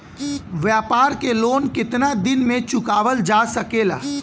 व्यापार के लोन कितना दिन मे चुकावल जा सकेला?